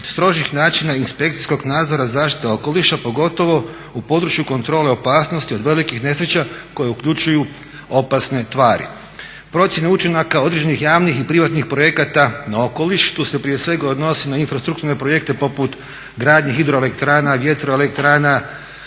strožih načina inspekcijskog nadzora zaštite okoliša pogotovo u području kontrole opasnosti od velikih nesreća koje uključuju opasne tvari. Procjene učinaka određenih javnih i privatnih projekata na okoliš, to se prije svega odnosi na infrastrukturne projekte poput gradnje hidroelektrana, vjetroelektrana,